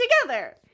together